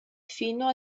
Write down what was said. fino